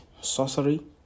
sorcery